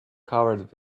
covered